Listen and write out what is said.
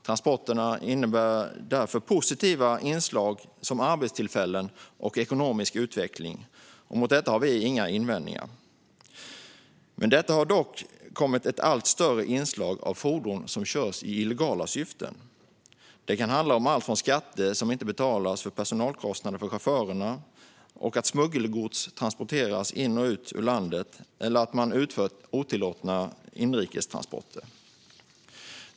Transporterna innebär därför positiva inslag, till exempel arbetstillfällen och ekonomisk utveckling. Mot detta har vi inga invändningar. Med detta har det dock kommit ett allt större inslag av fordon som körs i illegala syften. Det kan handla om allt från skatter som inte betalas för personalkostnader för chaufförerna, att smuggelgods transporteras in och ut ur landet till att utföra otillåtna inrikestransporter.